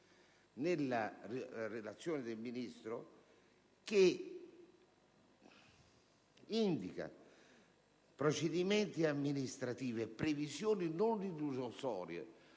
nella relazione del Ministro si indicano procedimenti amministrativi e previsioni non illusorie,